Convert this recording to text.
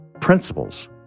Principles